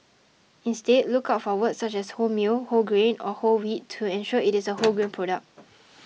instead look out for words such as wholemeal whole grain or whole wheat to ensure it is a wholegrain product